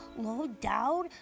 low-down